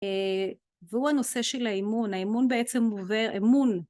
והוא הנושא של האמון, האמון בעצם מובא אמון